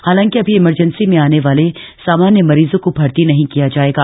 हालांकि अभी इमरजेंसी में आने वाले सामान्य मरीजों को भर्ती नहीं किया जाएगा